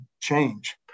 change